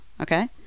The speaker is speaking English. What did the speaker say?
okay